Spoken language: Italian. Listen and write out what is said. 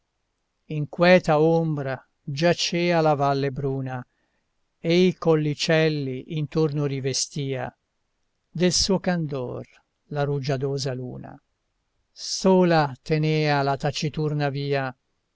queta ombra giacea la valle bruna e i collicelli intorno rivestia del suo candor la rugiadosa luna sola tenea la taciturna via